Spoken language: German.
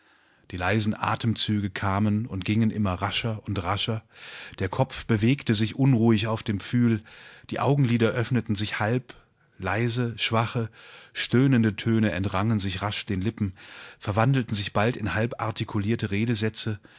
die leisen atemzüge kamen und gingen immer rascher und rascher der kopf bewegte sich unruhig auf dem pfühl die augenlider öffnetensichhalb leise schwache stöhnendetöneentrangensichraschdenlippen verwandelten sich bald in halb artikulierte redesätze